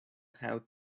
how